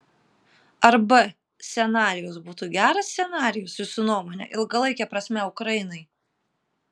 ar b scenarijus būtų geras scenarijus jūsų nuomone ilgalaike prasme ukrainai